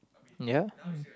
ya